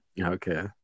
Okay